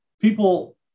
people